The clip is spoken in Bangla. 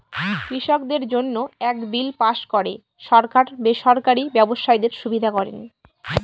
কৃষকদের জন্য এক বিল পাস করে সরকার বেসরকারি ব্যবসায়ীদের সুবিধা করেন